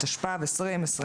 התשפ"ב-2022,